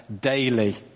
daily